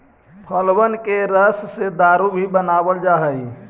फलबन के रस से दारू भी बनाबल जा हई